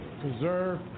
preserve